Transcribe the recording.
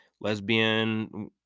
lesbian